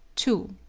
two.